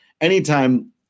anytime